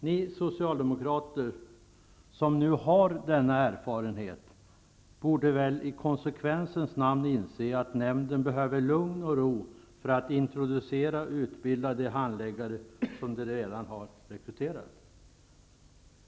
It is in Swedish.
Ni socialdemokrater, som nu har denna erfarenhet, borde väl i konsekvensens namn inse att nämnden behöver lugn och ro för att introducera och utbilda de handläggare som redan rekryterats.